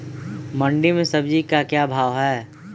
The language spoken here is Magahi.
मंडी में सब्जी का क्या भाव हैँ?